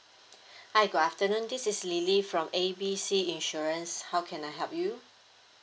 hi good afternoon this is lily from A B C insurance how can I help you